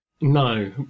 No